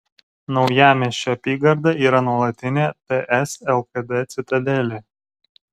naujamiesčio apygarda yra nuolatinė ts lkd citadelė